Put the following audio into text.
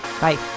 Bye